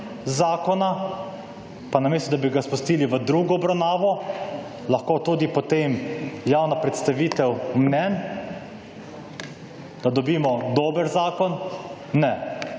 zakona, pa namesto da bi ga spustili v drugo obravnavo, lahko tudi potem javno predstavitev mnenj, da dobimo dober zakon, ne,